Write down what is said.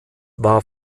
war